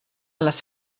les